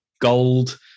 gold